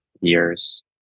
years